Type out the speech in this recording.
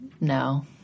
no